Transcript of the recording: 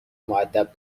مودب